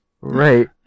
right